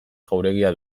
jauregia